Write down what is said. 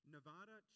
Nevada